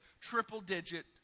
triple-digit